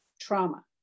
trauma